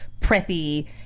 preppy